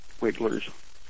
wigglers